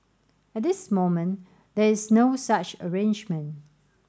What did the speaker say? at this moment there is no such arrangement